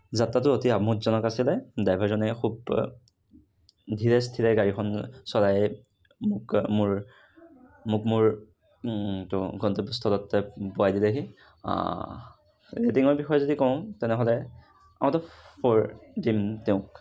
যাত্ৰাটো অতি আমোদজনক আছিলে ড্ৰাইভাৰজনে খুব ধীৰে স্থিৰে গাড়ীখন চলাই মোক মোৰ মোক মোৰ তো গন্তব্য স্থলত তেওঁ পোৱাই দিলেহি ৰেটিঙৰ বিষয়ে যদি কওঁ তেনেহ'লে আউট অফ ফ'ৰ দিম তেওঁক